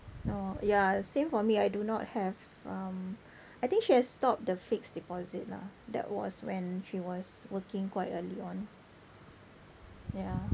no ya same for me I do not have um I think she has stopped the fixed deposit lah that was when she was working quite early on ya